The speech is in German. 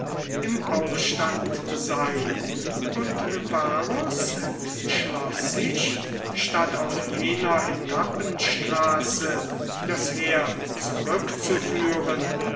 im aufstand sei und varus entschloß sich statt auf jener etappenstraße das heer zurückzuführen